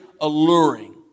alluring